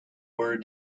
were